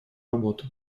работы